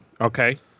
okay